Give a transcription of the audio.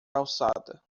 calçada